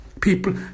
people